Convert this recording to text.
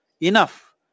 enough